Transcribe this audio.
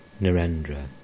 Narendra